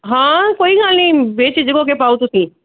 ਹਾਂ ਕੋਈ ਗੱਲ ਨਹੀਂ ਬੇਝਿਜਕ ਹੋ ਕੇ ਪਾਓ ਤੁਸੀਂ